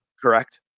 Correct